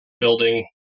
building